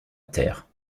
terre